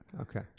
Okay